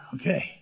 okay